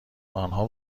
آنها